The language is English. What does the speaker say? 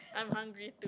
I'm hungry